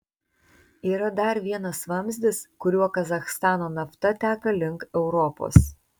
yra dar vienas vamzdis kuriuo kazachstano nafta teka link europos